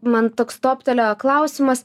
man toks toptelėjo klausimas